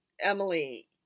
Emily